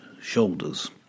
shoulders